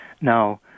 Now